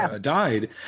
Died